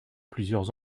plusieurs